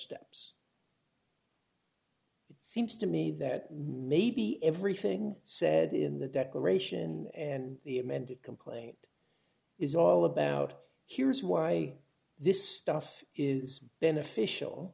steps it seems to me that maybe everything said in the declaration and the amended complaint is all about here's why this stuff is beneficial